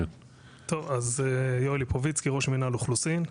אני ראש מינהל אוכלוסין.